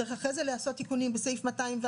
אחרי זה צריך לעשות תיקונים בסעיף 202,